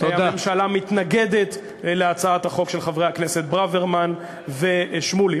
הממשלה מתנגדת להצעת החוק של חברי הכנסת ברוורמן ושמולי,